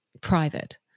private